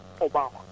Obama